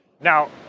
Now